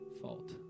fault